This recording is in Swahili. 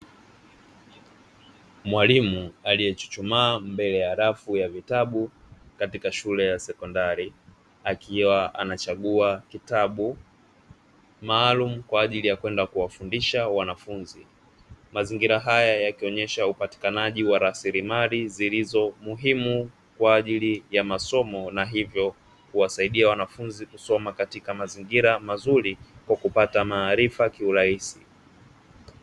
Mwalimu aliyechuchumaa mbele ya rafu ya vitabu katika shule ya sekondari akiwa anachagua kitabu maalum kwa ajili ya kwenda kuwafundisha wanafunzi mazingira haya yakionyesha upatikanaji wa rasilimali zilizo muhimu kwa ajili ya masomo na hivyo kuwasaidia wanafunzi kusoma katika mazingira mazuri kwa kupata maarifa kiurahisi.